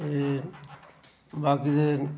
ते बाकी ते